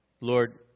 Lord